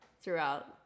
throughout